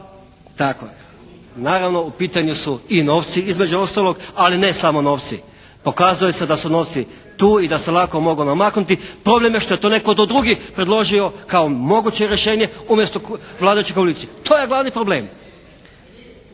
tako je. Naravno u pitanju su i novci između ostalog, a ne samo novci. Pokazalo se da su novci tu i da se lako moglo namaknuti. Problem je što je to netko drugi predložio kao moguće rješenje umjesto vladajuće koalicije. To je glavni problem.